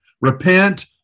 repent